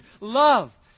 love